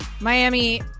Miami